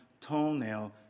toenail